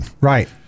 Right